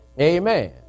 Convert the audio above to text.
Amen